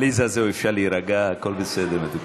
עליזה, זהו, אפשר להירגע, הכול בסדר, מתוקה.